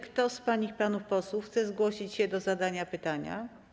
Kto z pań i panów posłów chce zgłosić się do zadania pytania?